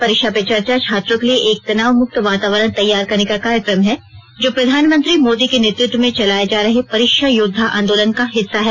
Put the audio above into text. परीक्षा पे चर्चा छात्रों के लिए एक तनाव मुक्त वातावरण तैयार करने का कार्यक्रम है जो प्रधानमंत्री मोदी के नेतृत्व में चलाए जा रहे परीक्षा योद्वा आंदोलन का हिस्सा हैं